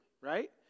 Right